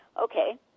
Okay